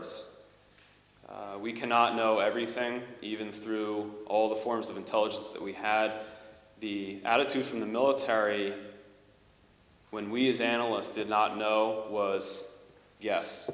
errors we cannot know everything even through all the forms of intelligence that we had the attitude from the military when we as analysts did not know was yes